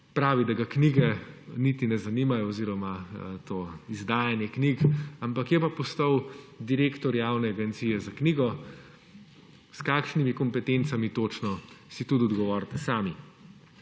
Pravi, da ga knjige niti ne zanimajo oziroma to izdajanje knjig, ampak je pa postal direktor Javne agencije za knjigo, s kakšnimi kompetencami točno si tudi odgovorite sami.